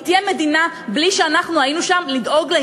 היא תהיה מדינה בלי שאנחנו היינו שם לדאוג כדי